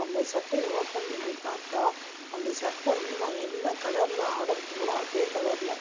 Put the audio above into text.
அந்த சட்டையை ஓப்பன் பண்ணி பார்த்தா அந்த சட்டை வந்து நான் என்ன கலரில் ஆர்டர் பண்ணிணனோ அதே கலரில்